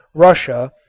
russia,